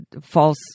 false